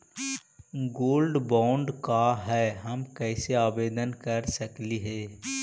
Gold bond का है, हम कैसे आवेदन कर सकली ही?